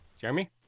Jeremy